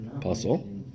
puzzle